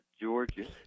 Georgia